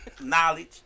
knowledge